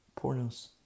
Pornos